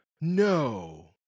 no